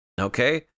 okay